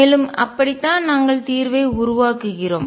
மேலும் அப்படித்தான் நாங்கள் தீர்வை உருவாக்குகிறோம்